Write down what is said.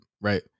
Right